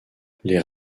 les